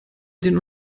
den